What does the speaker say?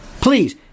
Please